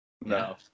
No